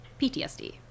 PTSD